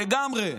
לגמרי.